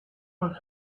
what